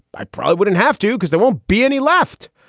i probably wouldn't have to because there won't be any left.